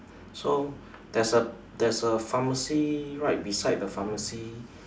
so there's a there's a pharmacy right beside the pharmacy